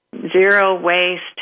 Zero-waste